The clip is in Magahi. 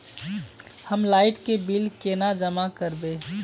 हम लाइट के बिल केना जमा करबे?